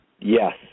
Yes